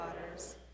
waters